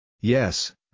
Yes